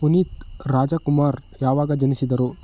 ಪುನೀತ್ ರಾಜಕುಮಾರ್ ಯಾವಾಗ ಜನಿಸಿದರು